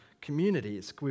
communities